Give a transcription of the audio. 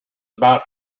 about